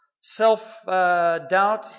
self-doubt